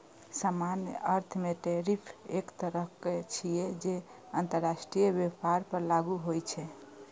सामान्य अर्थ मे टैरिफ एक तरहक कर छियै, जे अंतरराष्ट्रीय व्यापार पर लागू होइ छै